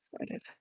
excited